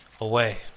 away